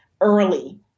early